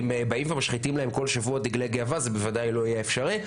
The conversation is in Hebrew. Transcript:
אם באים ומשחיתים להם כל שבוע דגלי גאווה זה בוודאי לא יהיה אפשרי,